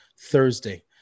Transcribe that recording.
Thursday